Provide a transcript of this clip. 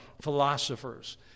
philosophers